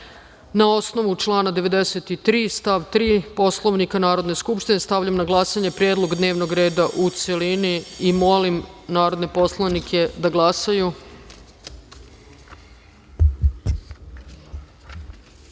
na osnovu člana 93. stav 3. Poslovnika Narodne skupštine, stavljam na glasanje predlog dnevnog reda u celini. Molim narodne poslanike da